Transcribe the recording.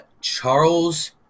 Charles